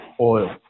oil